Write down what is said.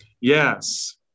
yes